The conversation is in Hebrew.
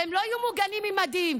והם לא יהיו מוגנים עם מדים.